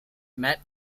met